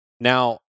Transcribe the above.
now